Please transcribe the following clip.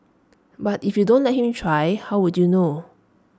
but if you don't let him try how would you know